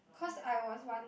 cause I was once